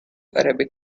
arabic